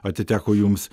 atiteko jums